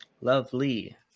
lovely